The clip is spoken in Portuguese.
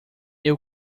ele